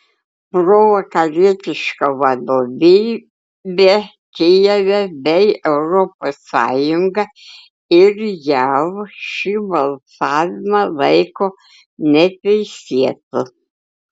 provakarietiška vadovybė kijeve bei europos sąjunga ir jav šį balsavimą laiko neteisėtu